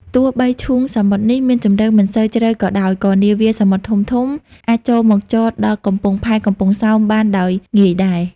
ទោះបីឈូងសមុទ្រនេះមានជំរៅមិនសូវជ្រៅក៏ដោយ ក៏នាវាសមុទ្រធំៗ អាចចូលមកចតដល់កំពង់ផែកំពង់សោមបានដោយងាយដែរ ។